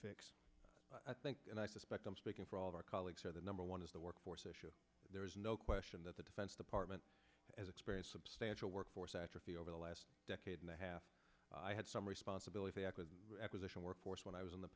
things i think and i suspect i'm speaking for all of our colleagues are the number one is the workforce issue there is no question that the defense department as experienced substantial workforce atrophy over the last decade and a half i had some responsibility act with acquisition workforce when i was in the